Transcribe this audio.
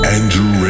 Andrew